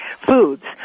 foods